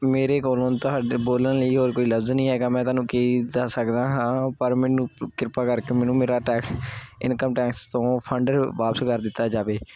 ਮੇਰੇ ਕੋਲੋਂ ਹੁਣ ਤੁਹਾਡੇ ਬੋਲਣ ਲਈ ਹੋਰ ਕੋਈ ਲਫਜ਼ ਨਹੀਂ ਹੈਗਾ ਮੈਂ ਤੁਹਾਨੂੰ ਕੀ ਦੱਸ ਸਕਦਾ ਹਾਂ ਪਰ ਮੈਨੂੰ ਕਿਰਪਾ ਕਰਕੇ ਮੈਨੂੰ ਮੇਰਾ ਟੈਕਸ ਇਨਕਮ ਟੈਕਸ ਤੋਂ ਫੰਡ ਵਾਪਸ ਕਰ ਦਿੱਤਾ ਜਾਵੇ